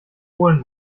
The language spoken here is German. holen